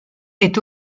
est